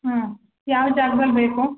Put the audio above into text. ಹಾಂ ಯಾವ ಜಾಗ್ದಲ್ಲಿ ಬೇಕು